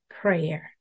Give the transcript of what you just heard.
prayer